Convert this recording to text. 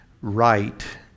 right